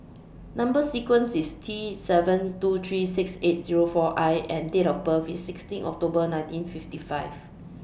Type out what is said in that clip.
Number sequence IS T seven two three six eight Zero four I and Date of birth IS sixteen October nineteen fifty five